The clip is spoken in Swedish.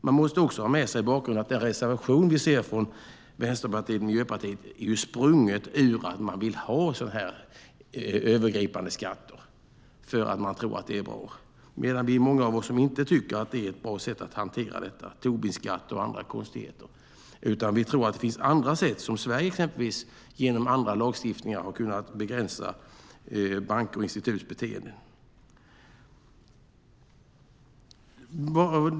Man måste också ha med sig i bakgrunden att den reservation vi ser från Vänsterpartiet och Miljöpartiet är sprungen ur att man vill ha sådana här övergripande skatter för att man tror att det är bra, medan det är många av oss som inte tycker att det är ett bra sätt att hantera detta, Tobinskatt och andra konstigheter. Vi tror att det finns andra sätt, som Sverige exempelvis som genom annan lagstiftning har kunnat begränsa bankers och instituts beteende.